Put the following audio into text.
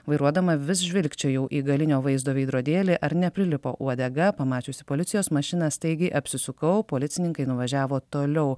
vairuodama vis žvilgčiojau į galinio vaizdo veidrodėlį ar neprilipo uodega pamačiusi policijos mašiną staigiai apsisukau policininkai nuvažiavo toliau